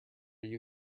you